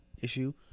issue